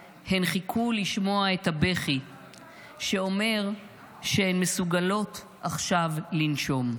/ הן חיכו לשמוע את הבכי / שאומר שהן מסוגלות עכשיו / לנשום."